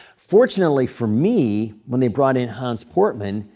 fortunately for me, when they brought in hannes portmann,